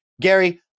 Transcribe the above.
Gary